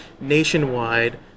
nationwide